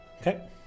Okay